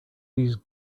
these